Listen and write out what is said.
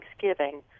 Thanksgiving